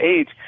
age